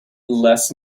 less